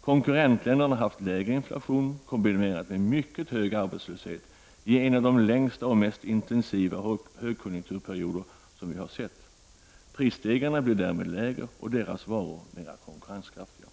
Konkurrentländerna har haft lägre inflation kombinerad med mycket hög arbetslöshet i en av de längsta och mest intensiva högkonjunkturperioder som vi har sett. Prisstegringarna blir därmed lägre och deras varor mer konkurrenskraftiga.